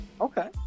Okay